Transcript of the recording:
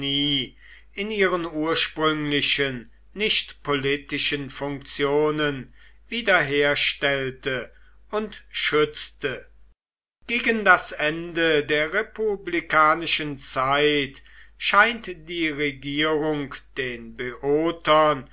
in ihren ursprünglichen nicht politischen funktionen wiederherstellte und schützte gegen das ende der republikanischen zeit scheint die regierung den böotern